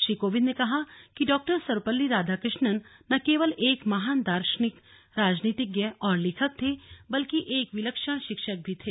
श्री कोविंद ने कहा कि डॉक्टर सर्वपल्ली राधाकृष्णन न केवल एक महान दार्शनिक राजनीतिज्ञ और लेखक थे बल्कि एक विलक्षण शिक्षक भी थे